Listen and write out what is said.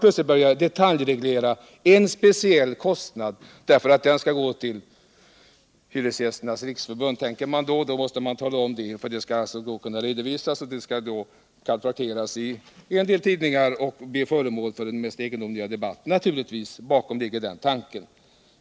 Plötsligt vill man detaljreglera en speciell kostnad —- bara därför att den skall gå till hyresgästernas organisationer. Man tycker kanske att den då måste redovisas för att kalfatras i en del tidningar och bli föremål för den mest egendomliga debatt: det var naturligtvis den tanken som låg bakom förslaget.